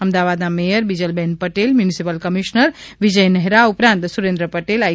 અમદાવાદના mayor Bijal ben Patel municipal commissioner Vijay Nehra ઉપરાંત સુરેન્દ્ર પટેલ આઈ